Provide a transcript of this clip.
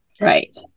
Right